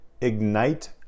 Ignite